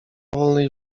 wolnej